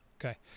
Okay